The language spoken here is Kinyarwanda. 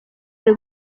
ari